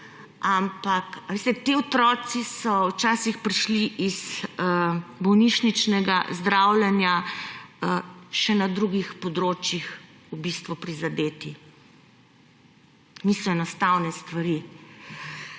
ampak ti otroci so včasih prišli iz bolnišničnega zdravljenja še na drugih področjih v bistvu prizadeti. Niso enostavne stvari.